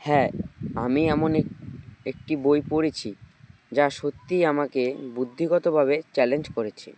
হ্যাঁ আমি এমন এক একটি বই পড়েছি যা সত্যিই আমাকে বুদ্ধিগতভাবে চ্যালেঞ্জ করেছে